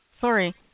Sorry